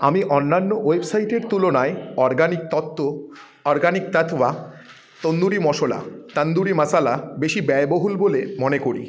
আমি অন্যান্য ওয়েবসাইটের তুলনায় অরগানিক তত্ত্ব অরগানিক তত্ত্ব তন্দুরি মশলা তন্দুরি মশলা বেশি ব্যয়বহুল বলে মনে করি